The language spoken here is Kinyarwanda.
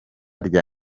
rya